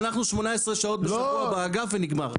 אנחנו 18 שעות בשבוע באגף ונגמר.